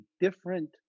different